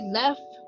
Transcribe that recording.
left